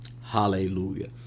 Hallelujah